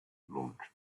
launch